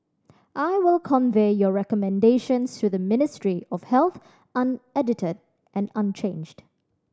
I will convey your recommendations to the Ministry of Health unedited and unchanged